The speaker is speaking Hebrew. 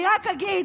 אני רק אגיד